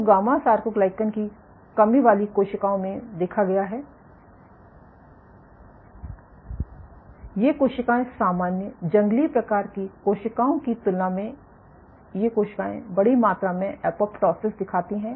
तो gamma sarcoglycan की कमी वाली कोशिकाओं में देखा गया है ये कोशिकाएं सामान्य जंगली प्रकार कोशिकाओं की तुलना में ये कोशिकाएं बड़ी मात्रा में एपोप्टोसिस को दिखाती हैं